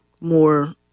more